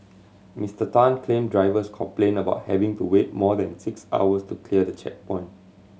Mister Tan claimed drivers complained about having to wait more than six hours to clear the checkpoint